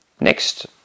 next